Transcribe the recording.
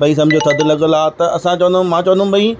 भई समुझो थधि लॻल आहे त असां चवंदुमि मां चवंदुमि भई